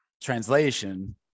translation